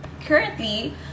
currently